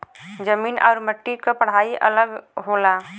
जमीन आउर मट्टी क पढ़ाई अलग होला